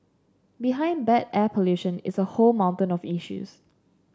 behind bad air pollution is a whole mountain of issues